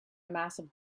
massive